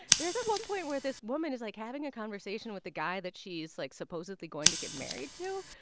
there's one point where this woman is, like, having a conversation with the guy that she's, like, supposedly going to get married to.